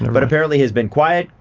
and but apparently he's been quiet,